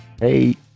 Hey